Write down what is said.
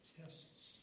tests